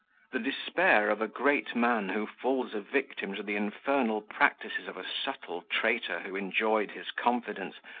the despair of a great man, who falls a victim to the infernal practices of a subtle traitor who enjoyed his confidence,